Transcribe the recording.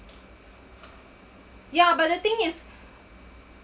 ya but the thing is